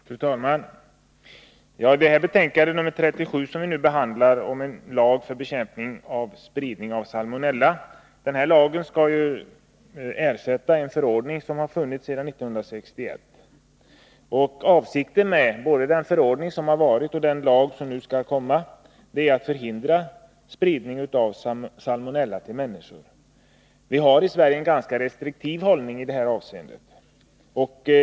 Fru talman! I det betänkande nr 37 från jordbruksutskottet som vi nu behandlar finns förslag till lag om bekämpning av spridning av salmonella. Denna lag skall ersätta en förordning som har funnits sedan 1961. Avsikten både med den förordning som gällt och med den lag som föreslås är att förhindra spridning av salmonella till människor. Vi har i Sverige en ganska restriktiv hållning i detta avseende.